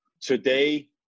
today